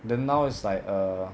then now is like err